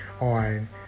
On